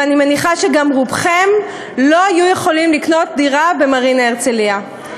ואני מניחה שגם רובכם לא היו יכולים לקנות דירה במרינה הרצליה.